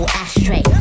ashtray